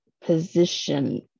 position